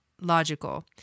logical